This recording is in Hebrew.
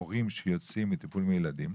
הורים שיוצאים מטיפול בילדים,